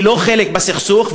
ולא חלק בסכסוך,